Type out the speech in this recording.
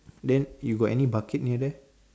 then you got any bucket near there